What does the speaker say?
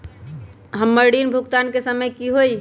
हमर ऋण भुगतान के समय कि होई?